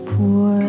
Poor